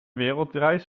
wereldreis